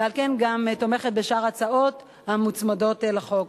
ועל כן היא גם תומכת בשאר ההצעות המוצמדות לחוק.